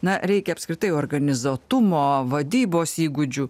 na reikia apskritai organizuotumo vadybos įgūdžių